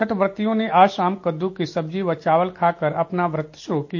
छठ व्रतियों ने आज शाम कद्दू की सब्जी व चावल खाकर अपना व्रत शुरू किया